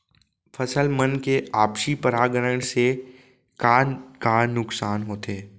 फसल मन के आपसी परागण से का का नुकसान होथे?